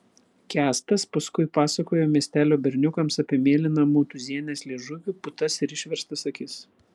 kęstas paskui pasakojo miestelio berniukams apie mėlyną motūzienės liežuvį putas ir išverstas akis